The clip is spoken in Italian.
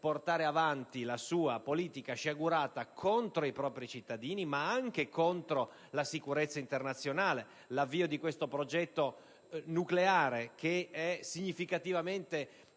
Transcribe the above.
portare avanti la sua politica sciagurata contro i propri cittadini ma anche contro la sicurezza internazionale. L'avvio del progetto nucleare (che è significativamente